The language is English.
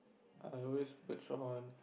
I always patron